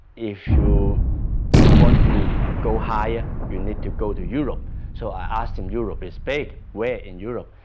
if you want to go higher you need to go to europe so i asked him europe is big, where in europe?